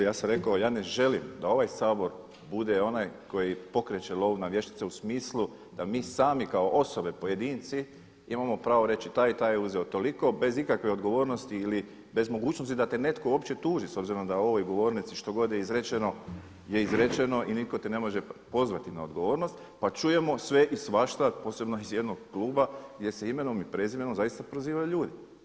Ja sam rekao ja ne želim da ovaj Sabor bude onaj koji pokreće lov na vještice u smislu da mi sami kao osobe, pojedinci imamo pravo reći taj i taj je uzeo toliko bez ikakve odgovornosti ili bez mogućnosti da te netko uopće tuži s obzirom da na ovoj govornici što god je izrečeno je izrečeno i nitko te ne može pozvati na odgovornost pa čujemo sve i svašta posebno iz jednog kluba gdje se imenom i prezimenom zaista prozivaju ljudi.